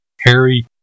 Harry